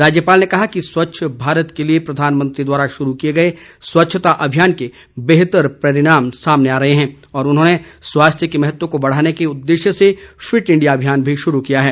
राज्यपाल ने कहा कि स्वच्छ भारत के लिए प्रधानमंत्री द्वारा शुरू किए गए स्वच्छता अभियान के बेहतर परिणाम सामने आ रहे हैं और उन्होंने स्वास्थ्य के महत्व को बढ़ाने के उद्देश्य से फिट इंडिया अभियान भी शुरू किया है